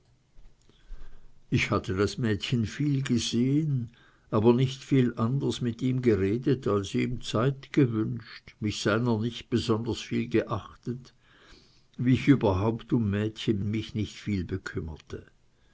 ich hatte das mädchen viel gesehen aber nicht viel anders mit ihm geredet als ihm zeit gewünscht mich seiner nicht besonders viel geachtet wie ich überhaupt um mädchen mich nicht viel bekümmerte